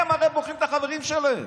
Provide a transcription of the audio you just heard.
הם הרי בוחרים את החברים שלהם,